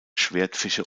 schwertfische